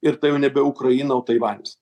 ir tai jau nebe ukraina o taivanis